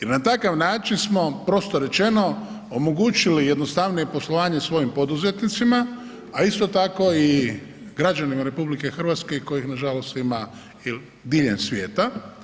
I na takav način smo prosto rečeno omogućili jednostavnije poslovanje svojim poduzetnicima, a isto tako i građanima RH kojih nažalost ima diljem svijeta.